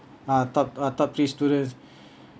ah top ah top three student